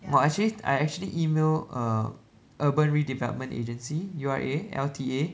well actually I actually email err urban redevelopment agency U_R_A L_T_A